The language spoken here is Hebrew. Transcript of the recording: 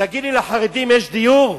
תגיד לי, לחרדים יש דיור?